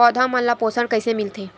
पौधा मन ला पोषण कइसे मिलथे?